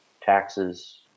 taxes